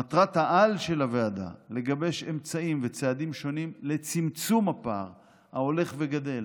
מטרת-העל של הוועדה לגבש אמצעים וצעדים שונים לצמצום הפער ההולך וגדל